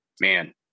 man